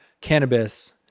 cannabis